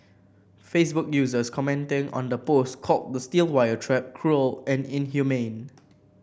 Facebook users commenting on the post called the steel wire trap cruel and inhumane